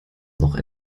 noch